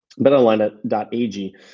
BetOnline.ag